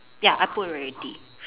ya I put already